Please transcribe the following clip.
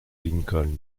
lincoln